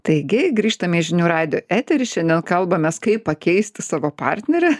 taigi grįžtame į žinių radijo eterį šiandien kalbamės kaip pakeisti savo partnerį